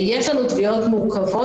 יש לנו גם תביעות מורכבות.